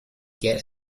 get